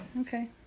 Okay